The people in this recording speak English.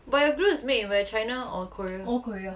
but the glue is made in where china or korea